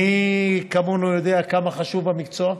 מי כמונו יודע כמה חשוב המקצוע,